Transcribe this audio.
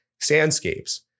sandscapes